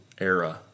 era